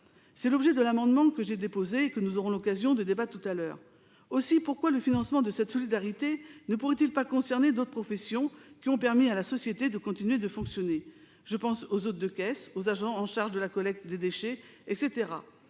C'est l'objet de l'amendement que j'ai déposé et dont nous débattrons tout à l'heure. Par ailleurs, pourquoi le financement de cette solidarité ne pourrait-il pas concerner d'autres professions qui ont permis à la société de continuer de fonctionner ? Je pense aux hôtes de caisse, aux agents chargés de la collecte des déchets, etc.